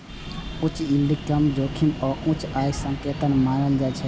उच्च यील्ड कें कम जोखिम आ उच्च आय के संकेतक मानल जाइ छै